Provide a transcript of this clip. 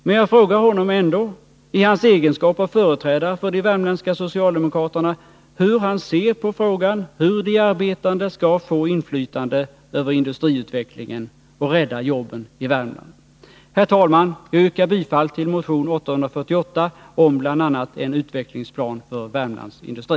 Men jag frågar honom ändå i hans egenskap av företrädare för de värmländska socialdemokraterna hur han ser på frågan, hur de arbetande skall få inflytande över industriutvecklingen och rädda jobben i Värmland. Herr talman! Jag yrkar bifall till motion 848 om bl.a. en utvecklingsplan för Värmlands industri.